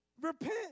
Repent